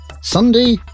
Sunday